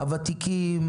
הוותיקים,